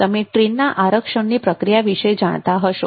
તમે ટ્રેનના આરક્ષણની પ્રક્રિયા વિષે જાણતા હશો